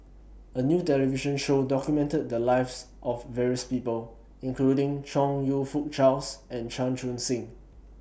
A New television Show documented The Lives of various People including Chong YOU Fook Charles and Chan Chun Sing